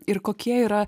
ir kokie yra